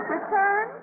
Return